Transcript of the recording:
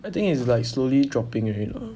I think it's like slowly dropping already now